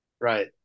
Right